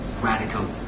radical